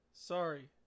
Sorry